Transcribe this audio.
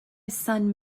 son